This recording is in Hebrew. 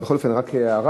אבל בכל אופן רק הערה,